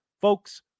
Folks